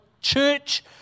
church